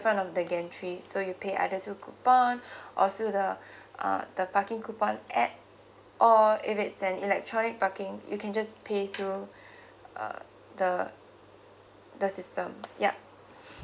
front of the gantry so you pay either through coupon or through the uh the parking coupon add or if it's an electronic parking you can just pay through uh the the system yup